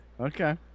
Okay